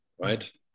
right